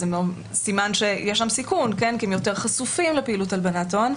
אז סימן שיש שם סיכון כי הם יותר חשופים לפעילות הלבנת הון.